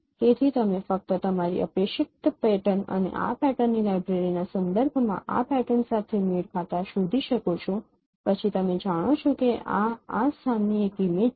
તેથી તમે ફક્ત તમારી અપેક્ષિત પેટર્ન અને આ પેટર્નની લાઇબ્રેરીના સંદર્ભમાં આ પેટર્ન સાથે મેળ ખાતા શોધી શકો છો પછી તમે જાણો છો કે આ આ સ્થાનની એક ઇમેજ છે